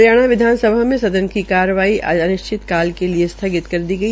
हरियाणा विधानसभा में सदन की कार्रवाई आज अनिश्चित काल के लिये स्थगित कर दी गई